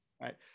right